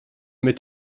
mit